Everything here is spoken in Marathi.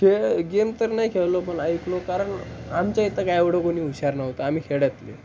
खेळ गेम तर नाही खेळलो पण ऐकलो कारण आमच्या इथं काय एवढं कोणी हुशार नव्हतं आम्ही खेड्यातले